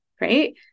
right